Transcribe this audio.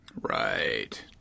Right